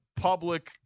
public